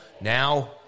now